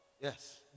Yes